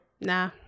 Nah